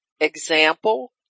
example